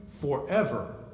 forever